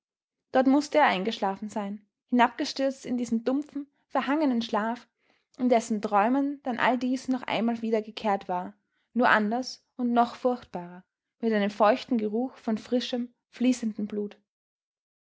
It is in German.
dort mußte er eingeschlafen sein hinabgestürzt in diesen dumpfen verhangenen schlaf in dessen träumen dann all dies noch einmal wiedergekehrt war nur anders und noch furchtbarer mit einem feuchten geruch von frischem fließendem blut